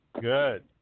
good